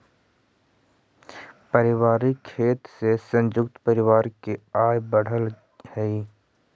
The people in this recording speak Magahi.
पारिवारिक खेती से संयुक्त परिवार के आय बढ़ऽ हई